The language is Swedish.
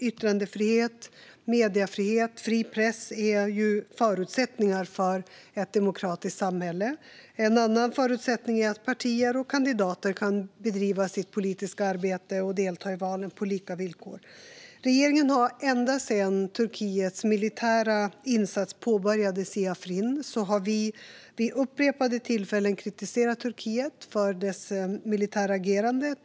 Yttrandefrihet, mediefrihet och fri press är förutsättningar för ett demokratiskt samhälle. En annan förutsättning är att partier och kandidater kan bedriva sitt politiska arbete och delta i val på lika villkor. Regeringen har ända sedan Turkiets militära insats påbörjades i Afrin vid upprepade tillfällen kritiserat Turkiet för dess militära agerande.